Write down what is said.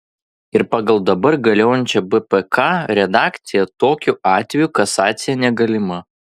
ir pagal dabar galiojančią bpk redakciją tokiu atveju kasacija negalima